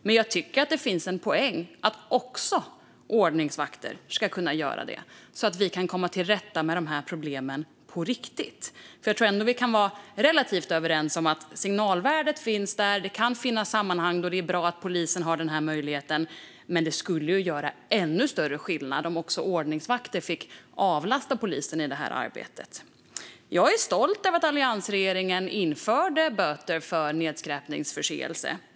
Men jag tycker att det finns en poäng i att också ordningsvakter ska kunna göra det så att vi kan komma till rätta med problemen på riktigt. Jag tror att vi ändå kan vara relativt överens om att signalvärdet finns där och att det kan finnas sammanhang där det är bra att polisen har den här möjligheten. Men det skulle göra ännu större skillnad om också ordningsvakter fick avlasta polisen i det här arbetet. Jag är stolt över att alliansregeringen införde böter för nedskräpningsförseelse.